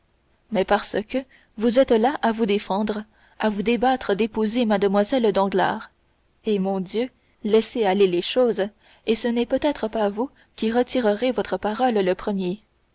mais parce que vous êtes là à vous défendre à vous débattre d'épouser mlle danglars eh mon dieu laissez aller les choses et ce n'est peut-être pas vous qui retirerez votre parole le premier